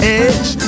edge